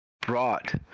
brought